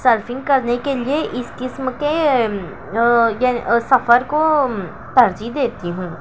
surfing کرنے کے لیے اس قسم کے سفر کو ترجیح دیتی ہوں